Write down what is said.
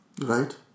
Right